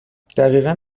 دقیقا